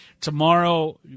tomorrow